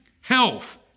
health